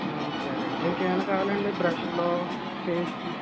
సరే అండి ఇంకేమన్నా కావాలా అండి బ్రష్లు పేస్ట్లు